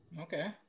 okay